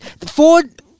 Ford